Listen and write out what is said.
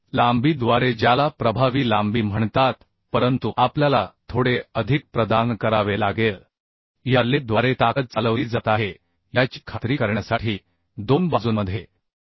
लांबीद्वारे ज्याला प्रभावी लांबी म्हणतात परंतु आपल्याला थोडे अधिक प्रदान करावे लागेल या le द्वारे याची खात्री करण्यासाठी 2 बाजूंमध्ये ताकद चालवली जात आहे